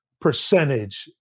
percentage